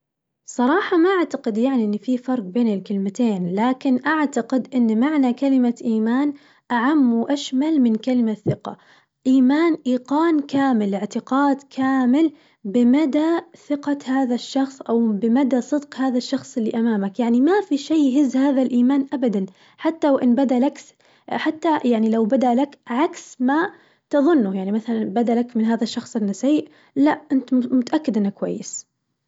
صراحة ما أعتقد يعني إن في فرق بين الكلمتين ولكن أعتقد أن معنى كلمة إيمان أعم وأشمل من كلمة ثقة، إيمان إيقان كامل اعتقاد كامل بمدى ثقة هذا الشخص أو بمدى صدق هذا الشخص اللي أمامك يعني ما في شي يهز هذا الإيمان أبدأً، حتى وإن بدا لك س- حتى يعني لو بدا لك عكس ما تظنه يعني مثلاً بدا لك من هذا الشخص إنه سيء لا أنت متأكد إنه كويس.